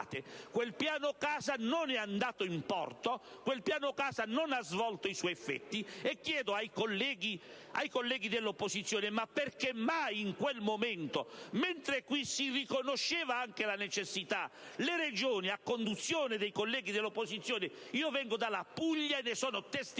Quel piano casa non è andato in porto. Quel piano casa non ha avuto i suoi effetti. Chiedo allora ai colleghi dell'opposizione per quale motivo in quel momento, mentre qui se ne riconosceva la necessità, le Regioni a conduzione dei colleghi dell'opposizione - vengo dalla Puglia, e ne sono testimone